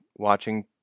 Watching